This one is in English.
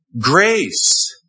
grace